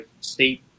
state